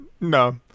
No